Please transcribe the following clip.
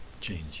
change